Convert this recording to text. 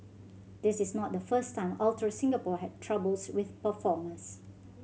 this is not the first time Ultra Singapore had troubles with performers